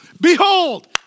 Behold